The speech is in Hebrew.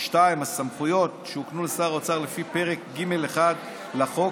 2. הסמכויות שהוקנו לשר האוצר לפי פרק ג'1 לחוק